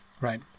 Right